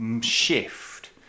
shift